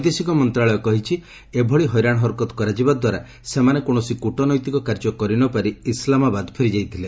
ବୈଦେଶିକ ମନ୍ତ୍ରଣାଳୟ କହିଛି ଏଭଳି ହଇରାଣ ହରକତ କରାଯିବାଦ୍ୱାରା ସେମାନେ କୌଣସି କୂଟନୈତିକ କାର୍ଯ୍ୟ କରି ନ ପାରି ଇସ୍ଲାମାବାଦ ଫେରି ଯାଇଥିଲେ